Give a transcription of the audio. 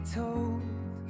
told